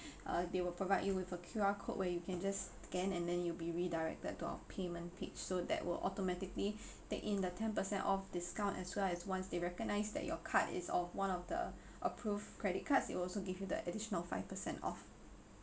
uh they will provide you with a Q_R code where you can just scan and then you'll be redirected to our payment page so that will automatically take in the ten percent off discount as well as once they recognise that your card is of one of the approved credit cards they will also give you the additional five percent off